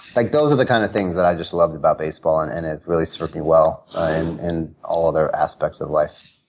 like those are the kinds of things that i just loved about baseball, and and it really served me well in all other aspects of life.